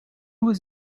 was